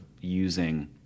using